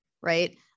right